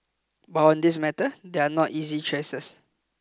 but on this matter there are not easy choices